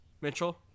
Mitchell